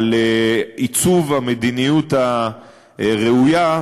על עיצוב המדיניות הראויה,